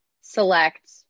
select